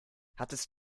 hattest